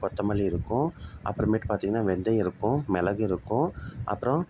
கொத்தமல்லி இருக்கும் அப்புறமேட்டு பார்த்திங்கன்னா வெந்தயம் இருக்கும் மிளகு இருக்கும் அப்புறம்